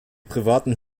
privaten